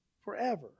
forever